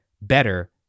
better